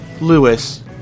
Lewis